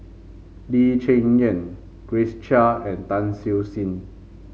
Lee Cheng Yan Grace Chia and Tan Siew Sin